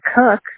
cook